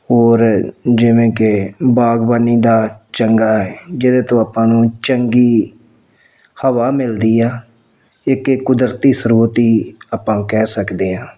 ਹੋਰ ਜਿਵੇਂ ਕਿ ਬਾਗਬਾਨੀ ਦਾ ਚੰਗਾ ਏ ਜਿਹਦੇ ਤੋਂ ਆਪਾਂ ਨੂੰ ਚੰਗੀ ਹਵਾ ਮਿਲਦੀ ਆ ਇੱਕ ਇਹ ਕੁਦਰਤੀ ਸਰੋਤ ਹੀ ਆਪਾਂ ਕਹਿ ਸਕਦੇ ਹਾਂ